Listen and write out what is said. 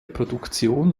produktion